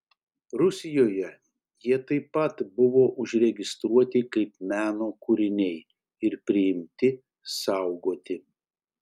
rusijoje jie taip pat buvo užregistruoti kaip meno kūriniai ir priimti saugoti